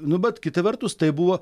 nu bet kita vertus tai buvo